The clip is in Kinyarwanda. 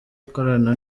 akorana